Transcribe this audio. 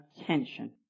attention